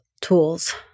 tools